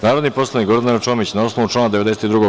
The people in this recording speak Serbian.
Narodni poslanik Gordana Čomić, na osnovu člana 92.